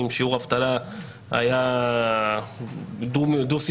שיעור האבטלה היה דו-ספרתי,